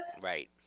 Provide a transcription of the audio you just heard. right